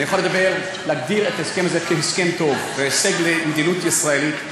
אני יכול להגדיר את ההסכם הזה כהסכם טוב וכהישג למדיניות הישראלית.